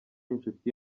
inshuti